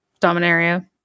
Dominaria